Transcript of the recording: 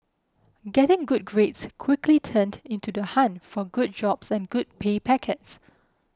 getting good grades quickly turned into the hunt for good jobs and good pay packets